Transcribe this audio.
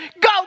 go